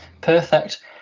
Perfect